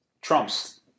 trumps